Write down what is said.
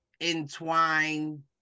entwine